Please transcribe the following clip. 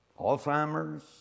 Alzheimer's